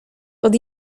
pod